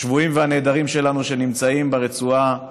השבויים והנעדרים שלנו שנמצאים ברצועה,